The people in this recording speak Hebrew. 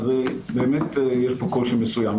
אז באמת יש פה קושי מסוים.